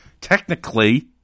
technically